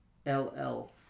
LL